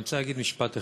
אני רוצה להגיד משפט אחד: